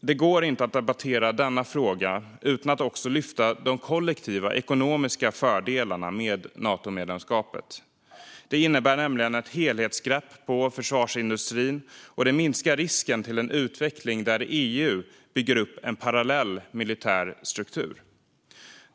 Det går inte att debattera denna fråga utan att också lyfta upp de kollektiva ekonomiska fördelarna med Natomedlemskapet. Det innebär nämligen ett helhetsgrepp om försvarsindustrin, och det minskar risken för en utveckling där EU bygger upp en parallell militär struktur.